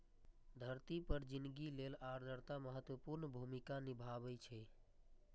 धरती पर जिनगी लेल आर्द्रता महत्वपूर्ण भूमिका निभाबै छै